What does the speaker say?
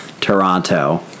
Toronto